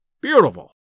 Beautiful